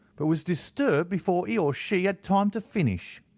but was disturbed before he or she had time to finish.